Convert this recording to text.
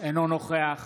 אינו נוכח